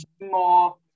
more